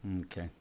Okay